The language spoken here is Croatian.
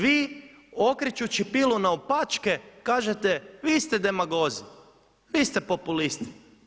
Vi okrećući pilu naopačke kažete, vi ste demagozi, vi ste populisti.